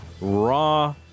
raw